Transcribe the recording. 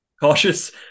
cautious